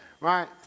Right